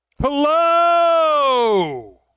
Hello